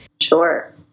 Sure